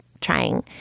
trying